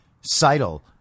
Seidel